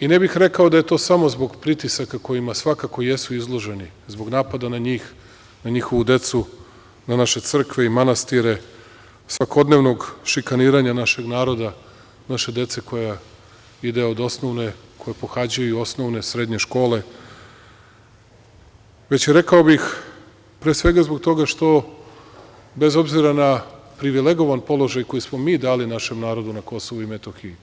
I ne bih rekao da je to samo zbog pritisaka kojima svakako jesu izloženi, zbog napada na njih, na njihovu decu, na naše crkve i manastire, svakodnevnog šikaniranja našeg naroda, naše dece, koja pohađaju osnovne, srednje škole, već, rekao bih, pre svega zbog toga što bez obzira na privilegovan položaj koji smo mi dali našem narodu na Kosovu i Metohiji